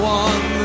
one